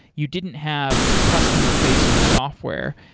you didn't have customer-facing software.